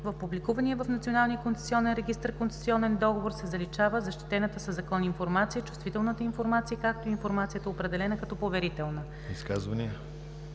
концесионен регистър концесионен договор се заличава защитената със закон информация, чувствителната информация, както и информацията, определена като поверителна.“